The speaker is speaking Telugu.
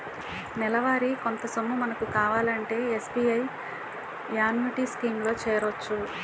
నెలవారీ కొంత సొమ్ము మనకు కావాలంటే ఎస్.బి.ఐ యాన్యుటీ స్కీం లో చేరొచ్చు